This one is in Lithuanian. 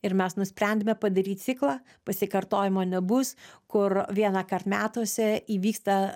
ir mes nusprendėme padaryt ciklą pasikartojimo nebus kur vienąkart metuose įvyksta